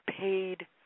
paid